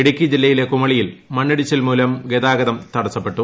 ഇടുക്കി ജില്ലയിലെ കുമളിയിൽ മണ്ണിടിച്ചിൽമൂലം ഗതാഗതം തടസ്സപ്പെട്ടു